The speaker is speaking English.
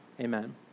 Amen